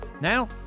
Now